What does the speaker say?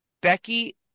Becky